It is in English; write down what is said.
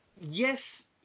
Yes